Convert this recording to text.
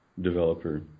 developer